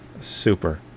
Super